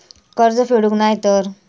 कर्ज फेडूक नाय तर?